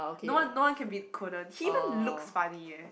no one no one can beat Conan he even looks funny eh